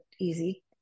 easy